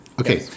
Okay